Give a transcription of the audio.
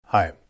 Hi